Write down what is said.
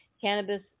Cannabis